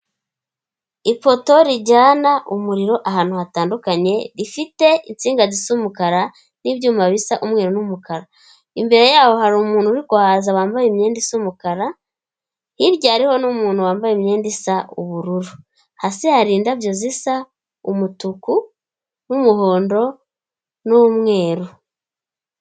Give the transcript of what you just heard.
Ifoto rijyana umuriro ahantu hatandukanye, ifite insiga risa umukara, n'ibyuma bisa umweru n'umukara. Imbere yaho hari umuntu uri kuhaza, wambaye imyenda isa umukara, hirya hariho n'umuntu wambaye imyenda isa ubururu. Hasi hari indabyo zisa umutuku, n'umuhondo, n'umweru.